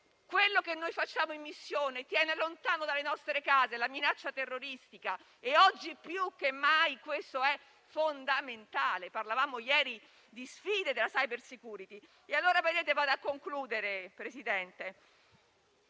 Quello che facciamo in missione tiene lontano dalle nostre case la minaccia terroristica e oggi più che mai questo è fondamentale. Parlavamo ieri di sfide della *cybersecurity*. Con le nostre missioni,